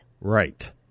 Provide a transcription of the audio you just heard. Right